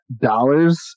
dollars